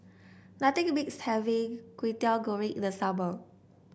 nothing beats having Kwetiau Goreng in the summer